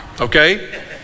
okay